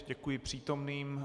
Děkuji přítomným.